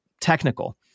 technical